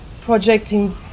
projecting